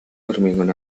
hormigón